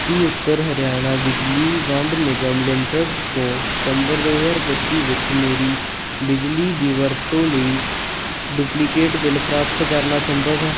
ਕੀ ਉੱਤਰ ਹਰਿਆਣਾ ਬਿਜਲੀ ਵੰਡ ਨਿਗਮ ਲਿਮਟਿਡਸ ਤੋਂ ਸਤੰਬਰ ਦੋ ਹਜ਼ਾਰ ਪੱਚੀ ਵਿੱਚ ਮੇਰੀ ਬਿਜਲੀ ਦੀ ਵਰਤੋਂ ਲਈ ਡੁਪਲੀਕੇਟ ਬਿੱਲ ਪ੍ਰਾਪਤ ਕਰਨਾ ਸੰਭਵ ਹੈ